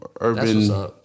Urban